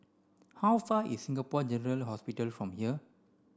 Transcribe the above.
how far is Singapore General Hospital from here